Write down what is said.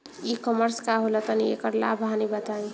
ई कॉमर्स का होला तनि एकर लाभ हानि बताई?